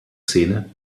szene